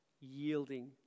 yielding